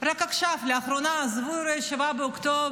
רק עכשיו, לאחרונה, עזבו את 7 באוקטובר,